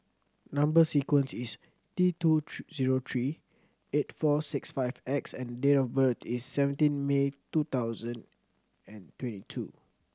number sequence is T two three zero three eight four six five X and date of birth is seventeen May two thousand and twenty two